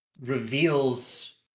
reveals